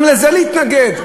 גם לזה להתנגד?